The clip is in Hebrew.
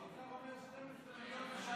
האוצר אומר 12 מיליון בשנה.